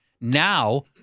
Now